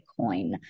Bitcoin